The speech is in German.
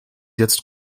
jetzt